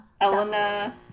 Elena